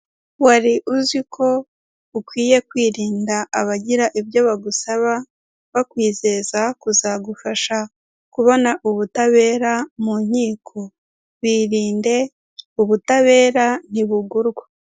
Wari uzi ko? ukwiye kwirinda abagira ibyo bagusaba bakwizeza kuzagufasha kubona ubutabera mu nkiko, birinde ubutabera ntibugurwa.